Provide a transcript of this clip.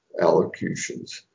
allocutions